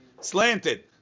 slanted